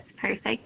perfect